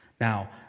Now